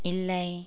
இல்லை